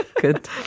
Good